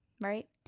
right